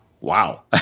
Wow